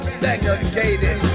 segregated